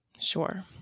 sure